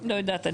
לא יודעת.